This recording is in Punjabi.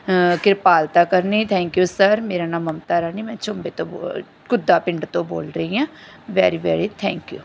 ਕਿਰਪਾਲਤਾ ਕਰਨੀ ਥੈਂਕ ਯੂ ਸਰ ਮੇਰਾ ਨਾਮ ਮਮਤਾ ਰਾਣੀ ਮੈਂ ਝੁੰਬੇ ਤੋਂ ਬੋਲ ਘੁੱਦਾ ਪਿੰਡ ਤੋਂ ਬੋਲ ਰਹੀ ਹਾਂ ਵੈਰੀ ਵੈਰੀ ਥੈਂਕ ਯੂ